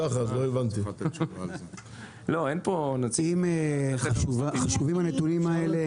אם חשובים הנתונים האלה,